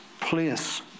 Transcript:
place